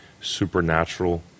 supernatural